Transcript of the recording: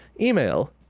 Email